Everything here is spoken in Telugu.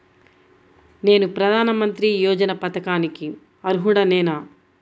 నేను ప్రధాని మంత్రి యోజన పథకానికి అర్హుడ నేన?